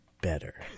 better